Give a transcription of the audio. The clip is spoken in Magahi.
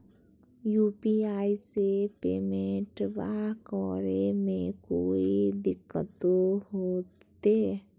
यू.पी.आई से पेमेंटबा करे मे कोइ दिकतो होते?